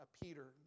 Peter